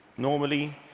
normally,